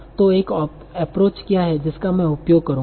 तो एक एप्रोच क्या है जिसका मैं उपयोग करूंगा